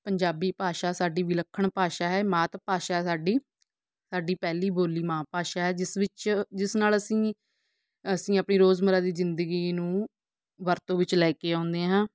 ਪੰਜਾਬੀ ਭਾਸ਼ਾ ਸਾਡੀ ਵਿਲੱਖਣ ਭਾਸ਼ਾ ਹੈ ਮਾਤ ਭਾਸ਼ਾ ਸਾਡੀ ਸਾਡੀ ਪਹਿਲੀ ਬੋਲੀ ਮਾਂ ਭਾਸ਼ਾ ਹੈ ਜਿਸ ਵਿੱਚ ਜਿਸ ਨਾਲ ਅਸੀਂ ਅਸੀਂ ਆਪਣੀ ਰੋਜ਼ਮੱਰਾ ਦੀ ਜ਼ਿੰਦਗੀ ਨੂੰ ਵਰਤੋਂ ਵਿੱਚ ਲੈ ਕੇ ਆਉਂਦੇ ਹਾਂ